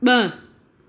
ब॒